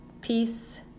Peace